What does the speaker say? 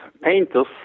painters